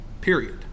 Period